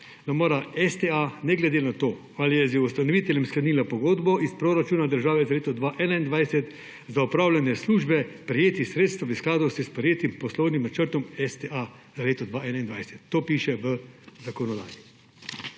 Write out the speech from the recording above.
da mora STA, ne glede na to, ali je z ustanoviteljem sklenila pogodbo, iz proračuna države za leto 2021 za opravljanje službe prejeti sredstva v skladu s sprejetim poslovnim načrtom STA za leto 2021. To piše v zakonodaji.